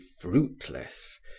fruitless